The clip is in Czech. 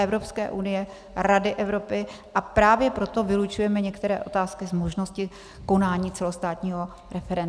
Evropské unie, Rady Evropy, a právě proto vylučujeme některé otázky z možnosti konání celostátního referenda.